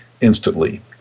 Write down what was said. instantly